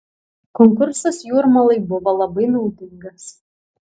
konkursas jūrmalai buvo labai naudingas